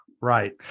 right